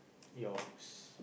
yours